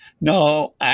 No